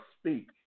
speak